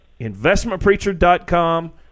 Investmentpreacher.com